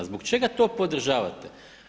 Zbog čega to podržavate?